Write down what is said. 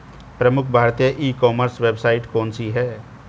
प्रमुख भारतीय e commerce website कौन कौन सी हैं?